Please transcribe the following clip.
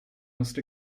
must